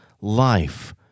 life